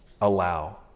allow